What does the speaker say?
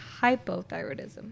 hypothyroidism